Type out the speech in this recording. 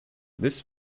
this